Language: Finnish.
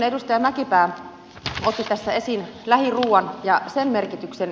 edustaja mäkipää otti tässä esiin lähiruuan ja sen merkityksen